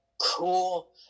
cool